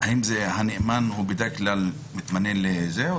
האם הנאמן בדרך כלל מתמנה לזה?